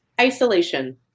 isolation